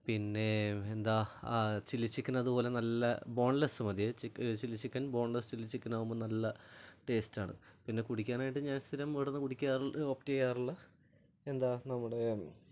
പിന്നേ എന്താ chilli chicken അതുപോലെ നല്ല ബോൺലെസ്സ് മതിയേ chick chilli chicken bone boneless chilli ചിക്കനാവുമ്പോൾ നല്ല ടേസ്റ്റാണ് പിന്നെ കുടിക്കാനായിട്ട് ഞാൻ സ്ഥിരം ഇവിടെ നിന്ന് കുടിക്കാറുള്ള ഓപ്റ്റ് ചെയ്യാറുള്ള എന്താ നമ്മുടെ